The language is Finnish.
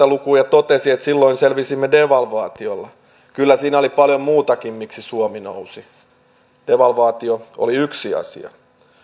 lukuun ja totesi että silloin selvisimme devalvaatiolla kyllä siinä oli paljon muutakin miksi suomi nousi devalvaatio oli yksi asia